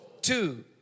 Two